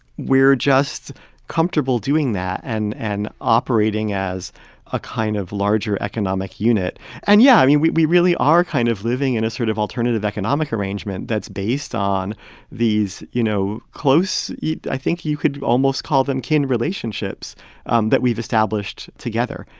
we're just comfortable doing that and and operating as a kind of larger economic unit and yeah, i mean, we we really are kind of living in a sort of alternative economic arrangement that's based on these, you know, close i think you could almost call them kin relationships um that we've established together.